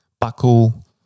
buckle